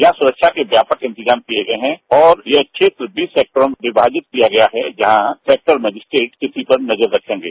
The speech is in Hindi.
यहां सुरक्षा के व्यापक इंतजाम किए गए हैं और यह क्षेत्र स्पेक्ट्रम विभाजित किया गया है जहां सेक्टर मजिस्ट्रेट स्थिति पर नजर रखंगे